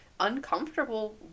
uncomfortable